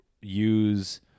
use